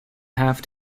have